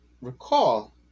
recall